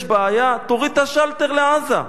יש בעיה, תוריד את השלטר לעזה.